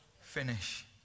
finish